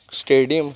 stadium